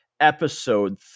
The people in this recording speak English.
Episode